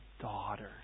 Daughter